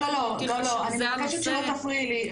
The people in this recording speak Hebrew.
לא, לא לא אני מבקשת שלא תפריעי לי.